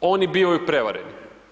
oni bivaju prevareni.